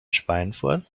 schweinfurt